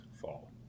fall